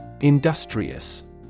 Industrious